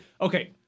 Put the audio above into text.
Okay